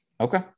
Okay